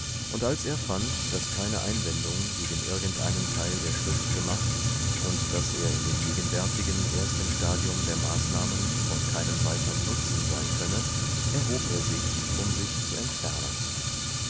und als er fand daß keine einwendung gegen irgend einen teil der schrift gemacht ward und daß er in dem gegenwärtigen ersten stadium der maßnahmen von keinemweiternnutzenseinkönne erhobersich umsichzuentfernen leonardbehieltsich danötig eineweiterebesprechungimlaufedestagesvorund mr nixon beurlaubte sich indem er